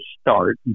start